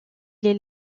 les